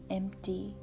empty